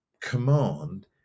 command